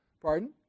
pardon